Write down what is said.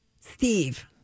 Steve